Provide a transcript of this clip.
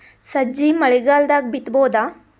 ಸಜ್ಜಿ ಮಳಿಗಾಲ್ ದಾಗ್ ಬಿತಬೋದ?